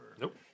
Nope